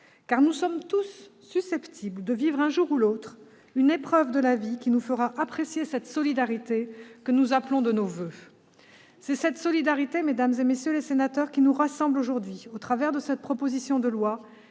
car nous sommes tous susceptibles de vivre un jour ou l'autre une épreuve de la vie qui nous fera apprécier cette solidarité que nous appelons de nos voeux. C'est cette solidarité qui nous rassemble aujourd'hui au travers de l'examen de cette proposition de loi